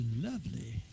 lovely